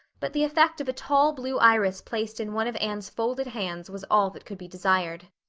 but the effect of a tall blue iris placed in one of anne's folded hands was all that could be desired.